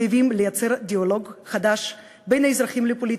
חייבים לייצר דיאלוג חדש בין האזרחים לפוליטיקה,